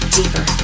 Deeper